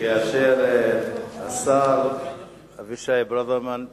השר אבישי ברוורמן,